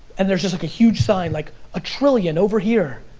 and there's just like a huge sign, like a trillion over here.